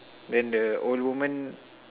then the old woman